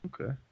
okay